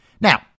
now